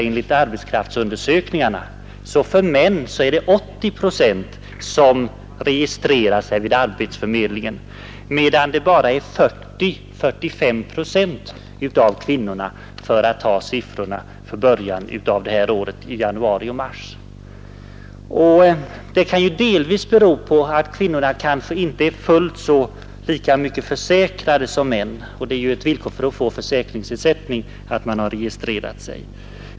Enligt arbetsmarknadsundersökningarna är det 80 procent av de arbetslösa männen som registrerar sig vid arbetsförmedlingarna, medan det bara är 40—45 procent av de arbetslösa kvinnorna som gör det — dessa siffror gäller för januari och mars i år. Denna stora skillnad kan delvis bero på att kvinnorna inte är försäkrade i samma utsträckning som männen; ett villkor för att få försäkringsersättning är att man registrerar sig.